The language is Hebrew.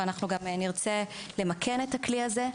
ואנחנו גם נרצה למכן את הכלי הזה.